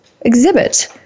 exhibit